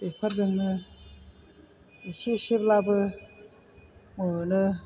बेफोरजोंनो एसे एसेब्लाबो मोनो